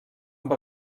amb